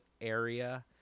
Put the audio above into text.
area